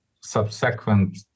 subsequent